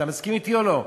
אתה מסכים אתי או לא?